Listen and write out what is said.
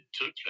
took